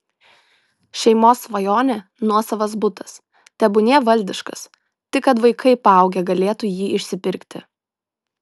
šeimos svajonė nuosavas butas tebūnie valdiškas tik kad vaikai paaugę galėtų jį išsipirkti